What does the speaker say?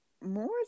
more